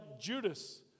Judas